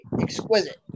exquisite